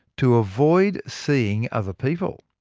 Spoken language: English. to avoid seeing other people.